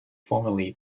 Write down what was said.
formerly